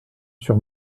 sur